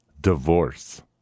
Divorce